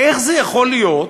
איך זה יכול להיות,